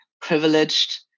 privileged